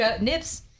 nips